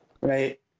right